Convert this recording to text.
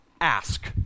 ask